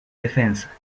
defensa